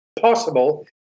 possible